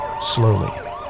slowly